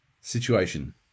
situation